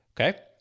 Okay